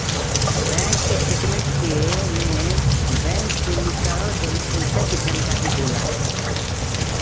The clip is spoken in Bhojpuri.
बैंक स्टेटमेंट के में बैंक से निकाल गइल पइसा के जानकारी होला